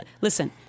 Listen